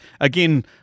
again